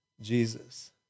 Jesus